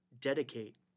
dedicate